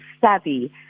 savvy